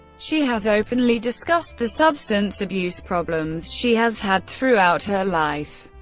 she has openly discussed the substance abuse problems she has had throughout her life.